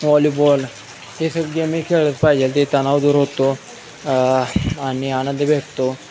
volleyball हे सगळं गेमही खेळत पाहिजे ते तणाव दूर होतो आणि आनंद भेटतो